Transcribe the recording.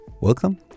Welcome